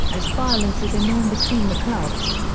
as violence is a norm between the clubs.